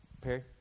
Perry